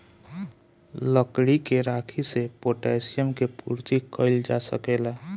लकड़ी के राखी से पोटैशियम के पूर्ति कइल जा सकेला